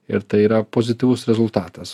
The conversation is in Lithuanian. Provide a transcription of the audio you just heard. ir tai yra pozityvus rezultatas